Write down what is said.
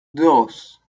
dos